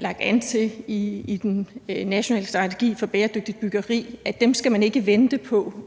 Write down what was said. lagt an til i den nationale strategi for bæredygtigt byggeri, skal man ikke vente på